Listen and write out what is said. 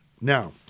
Now